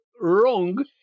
wrong